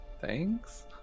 Thanks